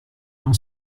non